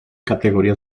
categoría